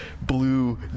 blue